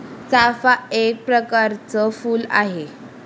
चाफा एक प्रकरच फुल आहे